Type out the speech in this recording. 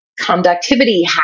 conductivity